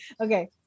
Okay